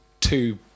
two